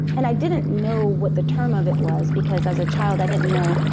and i didn't know what the term of it was, because as a child, i didn't know,